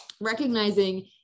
recognizing